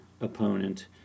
opponent